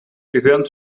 gehören